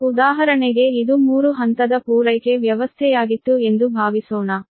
ಉದಾಹರಣೆಗೆ ಇದು 3 ಹಂತದ ಪೂರೈಕೆ ವ್ಯವಸ್ಥೆಯಾಗಿತ್ತು ಎಂದು ಭಾವಿಸೋಣ